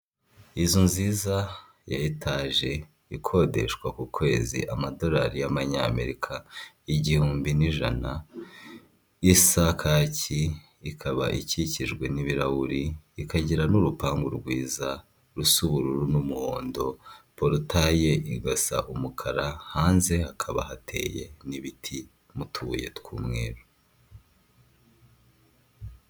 Inzu nziza ya etaje ikodeshwa ku kwezi amadolari y'ayamerika igihumbi n'ijana, isa kaki ikaba ikikijwe n'ibirahuri ikagira n'urupangu rwiza rusa ubururu n'umuhondo porutaye igasa umukara hanze hakaba hateye n'ibiti n'utubuye tw'umweru.